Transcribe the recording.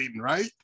right